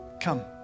Come